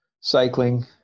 cycling